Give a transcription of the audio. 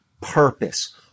purpose